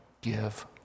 give